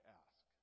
ask